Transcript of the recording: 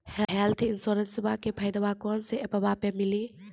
Health इंश्योरेंसबा के फायदावा कौन से ऐपवा पे मिली?